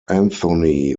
anthony